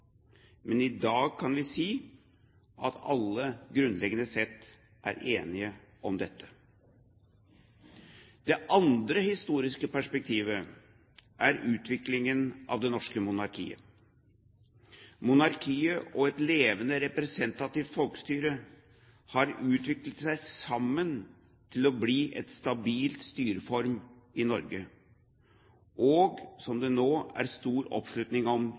men i dag kan vi si at alle grunnleggende sett er enige om dette. Det andre historiske perspektivet er utviklingen av det norske monarkiet. Monarkiet og et levende, representativt folkestyre har utviklet seg sammen til å bli en stabil styreform i Norge, som det nå er stor oppslutning om